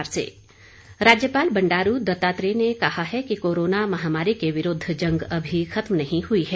राज्यपाल राज्यपाल बंडारू दत्तात्रेय ने कहा है कि कोरोना महामारी के विरूद्व जंग अभी खत्म नहीं हुई है